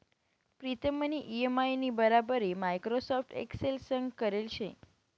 प्रीतमनी इ.एम.आय नी बराबरी माइक्रोसॉफ्ट एक्सेल संग करेल शे